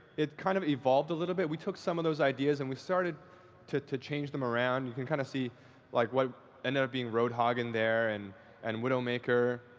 it kind of evolved a little bit. we took some of those ideas and we started to to change them around. you can kind of see like why. it ended up being roadhog in there, and and widowmaker.